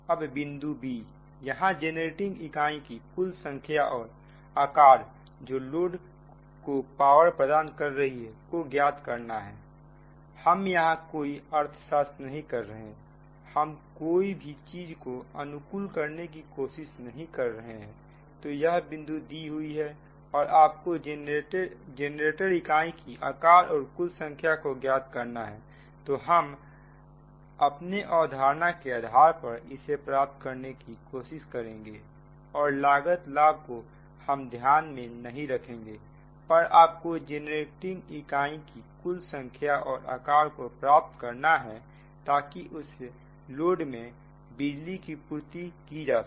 अब बिंदु b यहां जेनरेटिंग इकाई की कुल संख्या और आकार जो लोड को पावर प्रदान कर रही है को ज्ञात करना है हम यहां कोई अर्थशास्त्र नहीं कर रहे हैं हम कोई भी चीज को अनुकूल करने की कोशिश नहीं कर रहे हैं तो यह बिंदु दी हुई है और आपको जनरेटर इकाई की आकार और कुल संख्या को ज्ञात करना है तो हम अपने अवधारणा के आधार पर इसे प्राप्त करने की कोशिश करेंगे और लागत लाभ को हम ध्यान में नहीं रखेंगे पर आपको जेनरेटिंग इकाई की कुल संख्या और आकार को प्राप्त करना है ताकि इस लोड को बिजली की पूर्ति की जा सके